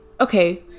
okay